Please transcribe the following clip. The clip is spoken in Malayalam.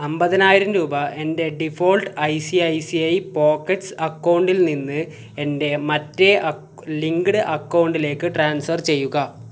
അൻപതിനായിരം രൂപ എൻ്റെ default I C I C I pockets അക്കൗണ്ടിൽ നിന്ന് എൻ്റെ മറ്റേ അക്കൗ ലിങ്ക്ഡ് അക്കൗണ്ടിലേക്ക് ട്രാൻസ്ഫർ ചെയ്യുക